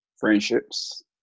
friendships